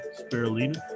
spirulina